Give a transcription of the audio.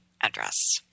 address